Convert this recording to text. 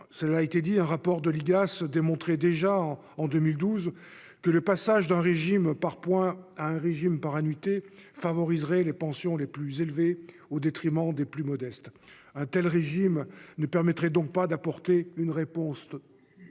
Par ailleurs, un rapport de l'Igas démontrait déjà, en 2012, que le passage d'un régime par points à un régime par annuités favoriserait les pensions les plus élevées au détriment des plus modestes. Un tel régime ne permettrait donc pas d'apporter une réponse